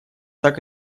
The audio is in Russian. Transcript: так